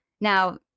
Now